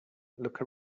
look